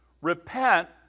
Repent